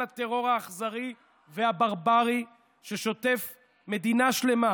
הטרור האכזרי והברברי ששוטף מדינה שלמה,